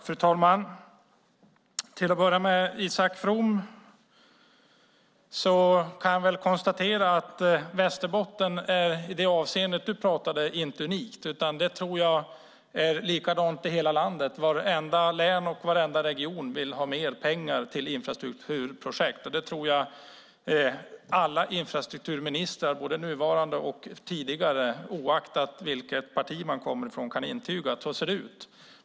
Fru talman! Jag kan börja med att konstatera, Isak From, att Västerbotten i det avseende som du talade om inte är unikt. Det är likadant i hela landet. Vartenda län och varenda region vill ha mer pengar till infrastrukturprojekt. Jag tror att alla infrastrukturministrar nuvarande och tidigare oaktat vilket parti de kommer ifrån kan intyga att det ser ut så.